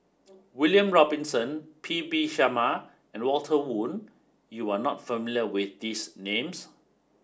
William Robinson P V Sharma and Walter Woon You are not familiar with these names